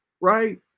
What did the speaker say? right